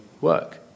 work